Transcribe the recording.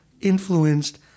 influenced